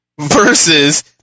versus